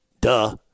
Duh